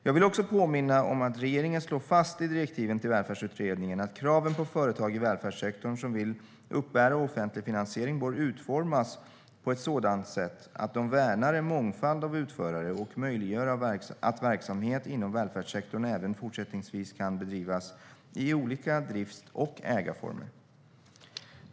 Jag vill också påminna om att regeringen slår fast i direktiven till Välfärdsutredningen att kraven på företag i välfärdssektorn som vill uppbära offentlig finansiering bör utformas på ett sådant sätt att de värnar en mångfald av utförare och möjliggör att verksamhet inom välfärdssektorn även fortsättningsvis kan bedrivas i olika drifts och ägarformer.